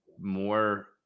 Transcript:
more